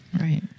Right